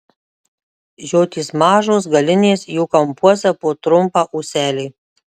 žiotys mažos galinės jų kampuose po trumpą ūselį